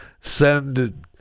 Send